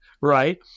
right